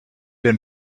been